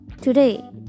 today